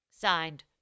Signed